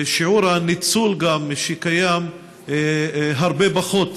וגם שיעור הניצול, שהוא הרבה פחות